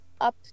up